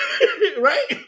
Right